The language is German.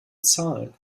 zahlen